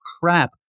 crap